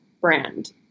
brand